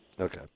Okay